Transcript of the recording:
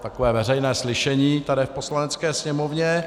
Takové veřejné slyšení tady v Poslanecké sněmovně.